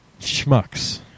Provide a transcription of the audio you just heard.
Schmucks